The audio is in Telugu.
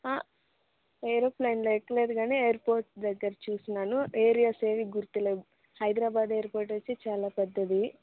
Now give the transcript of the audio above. ఎరోప్లేన్లో ఎక్కలేదు కానీ ఎయిర్పోర్ట్ దగ్గర చూసినాను ఏరియాస్ ఏవి గుర్తు లేవు హైదరాబాద్ ఎయిర్పోర్ట్ వచ్చి చాలా పెద్దది